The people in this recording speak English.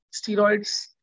steroids